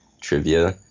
trivia